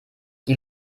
die